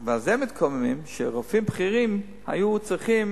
על זה מתקוממים, שרופאים בכירים היו צריכים